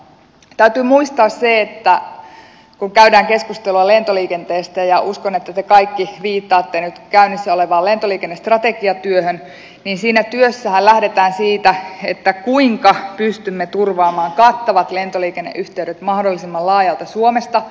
täytyy muistaa se että kun käydään keskustelua lentoliikenteestä ja uskon että te kaikki viittaatte nyt käynnissä olevaan lentoliikennestrategiatyöhön niin siinä työssähän lähdetään siitä kuinka pystymme turvaamaan kattavat lentoliikenneyhteydet mahdollisimman laajalti suomessa